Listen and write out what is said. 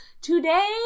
today